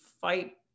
fight